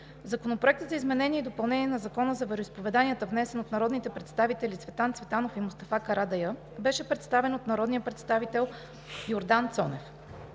Законопроектът за изменение и допълнение на Закона за вероизповеданията, внесен от народните представители Цветан Цветанов и Мустафа Карадайъ, беше представен от народния представител Йордан Цонев.